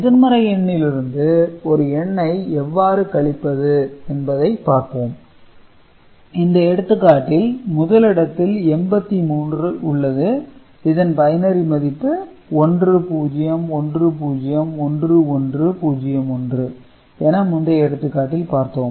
எதிர்மறை எண்ணில் இருந்து ஒரு எண்ணை எவ்வாறு கழிப்பது என்பதை பார்ப்போம் இந்த எடுத்துக்காட்டில் முதலிடத்தில் 83 உள்ளது இதன் பைனரி மதிப்பு 10101101 என முந்தைய எடுத்துக்காட்டில் பார்த்தோம்